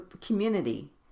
community